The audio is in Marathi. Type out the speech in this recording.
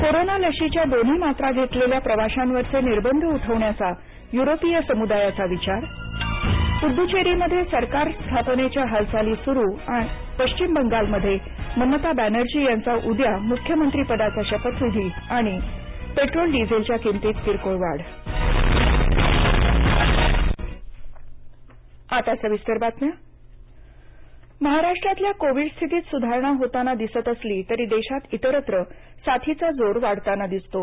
कोरोना लशीच्या दोन्ही मात्रा घेतलेल्या प्रवाशांवरचे निर्बंध उठवण्याचा युरोपीय समुदायाचा विचार पुदुच्चेरीमध्ये सरकार स्थापनेच्या हालचाली सुरू पश्चिम बंगाल मध्ये ममता बॅनर्जी यांचा उद्या मुख्यमंत्रीपदाचा शपथविधी आणि पेट्रोल डिझेलच्या किंमतीत किरकोळ वाढ देश कोविड महाराष्ट्रातल्या कोविड स्थितीत सुधारणा होताना दिसत असली तरी देशात इतरत्र साथीचा जोर वाढताना दिसतो